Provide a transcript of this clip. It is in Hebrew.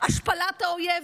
השפלת האויב,